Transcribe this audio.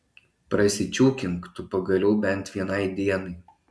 prasičiūkink tu pagaliau bent vienai dienai